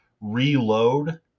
reload